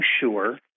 sure